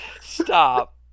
Stop